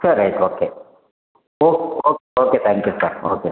சரி right okay oh oh okay thank you sir okay